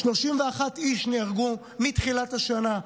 31 איש נהרגו מתחילת השנה.